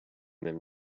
them